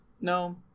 No